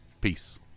Peace